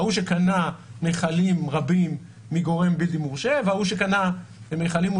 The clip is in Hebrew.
ההוא שקנה מכלים רבים מגורם בלתי מורשה וההוא שקנה מכלים,